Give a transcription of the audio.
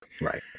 Right